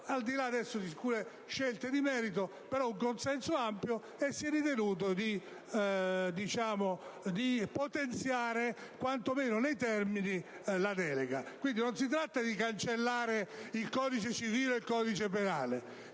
là di alcune scelte di merito, un consenso ampio, e si è ritenuto di potenziare, quantomeno nei termini, la delega. Quindi, non si tratta di cancellare il codice civile o il codice penale,